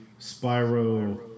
Spyro